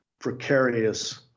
precarious